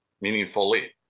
meaningfully